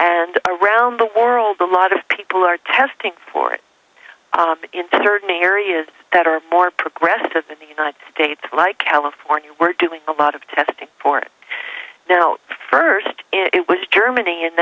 and around the world a lot of people are testing for it into certain areas that are more progressive in the united states like california we're doing a lot of testing for it now first it was germany and